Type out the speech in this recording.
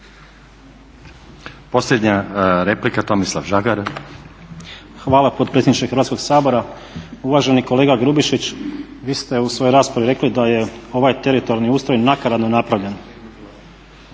**Žagar, Tomislav (SDP)** Hvala potpredsjedniče Hrvatskog sabora. Uvaženi kolega Grubišić, vi ste u svojoj raspravi rekli da je ovaj teritorijalni ustroj nakaradno napravljen.